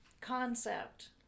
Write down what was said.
concept